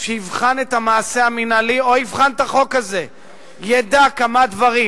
שיבחן את המעשה המינהלי או יבחן את החוק הזה ידע כמה דברים: